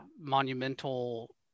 monumental